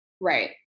Right